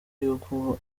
y’uko